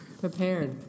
Prepared